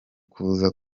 kuza